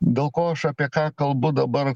dėl ko aš apie ką kalbu dabar